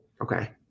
Okay